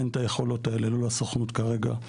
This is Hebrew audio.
אין את היכולות האלה לא לסוכנות כרגע,